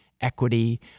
equity